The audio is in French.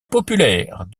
populaires